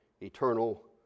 eternal